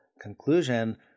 conclusion